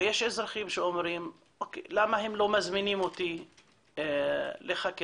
ויש אזרחים שאומרים למה הם לא מזמינים אותי לחקירה,